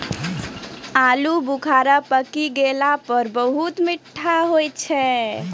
आलू बुखारा पकी गेला पर बहुत मीठा होय छै